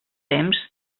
temps